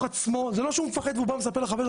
זה לא שהוא מפחד והוא מספר לחבר שלו,